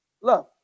Love